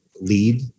lead